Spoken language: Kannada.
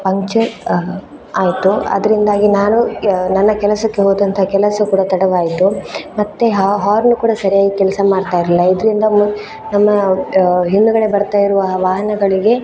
ಪಂಚರ್ ಆಯಿತು ಅದರಿಂದಾಗಿ ನಾನು ನನ್ನ ಕೆಲಸಕ್ಕೆ ಹೋದಂತ ಕೆಲಸ ಕೂಡ ತಡವಾಯಿತು ಮತ್ತು ಆ ಹಾರ್ನ್ ಕೂಡ ಸರಿಯಾಗಿ ಕೆಲಸ ಮಾಡ್ತಾಯಿರಲಿಲ್ಲ ಇದರಿಂದ ಮುಂ ನಮ್ಮ ಹಿಂದಗಡೆ ಬರ್ತಾ ಇರುವ ವಾಹನಗಳಿಗೆ